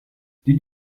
did